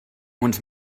uns